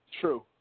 True